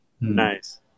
Nice